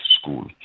school